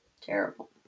terrible